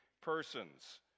persons